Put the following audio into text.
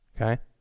okay